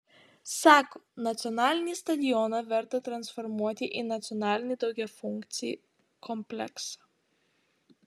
sako nacionalinį stadioną verta transformuoti į nacionalinį daugiafunkcį kompleksą